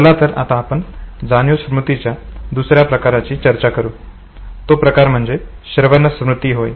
चला तर आता आपण जाणीव स्मृतीच्या दुसऱ्या प्रकाराची चर्चा करू तो प्रकार म्हणजे श्रवण स्मृती होय